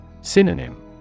Synonym